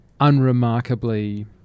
unremarkably